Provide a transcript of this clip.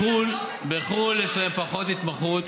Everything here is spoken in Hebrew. בחו"ל יש להם פחות התמחות,